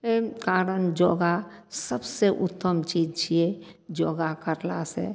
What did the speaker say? अइ कारण योगा सबसँ उत्तम चीज छियै योगा करलासँ